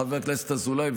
חבר הכנסת אזולאי,